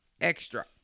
Extra